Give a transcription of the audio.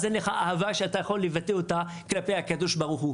זה אומר שגם אין לך אהבה שאתה יכול לבטא כלפי הקדוש ברוך.